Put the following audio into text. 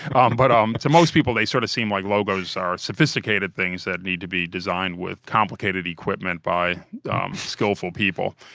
um but um to most people, they sort of seem like logos are sophisticated things that need to be designed with complicated equipment by skillful people.